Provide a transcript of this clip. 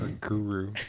guru